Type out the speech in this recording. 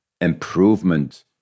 improvement